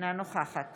אינה נוכחת